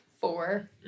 Four